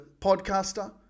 podcaster